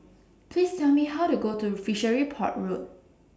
Please Tell Me How to Go to Fishery Port Road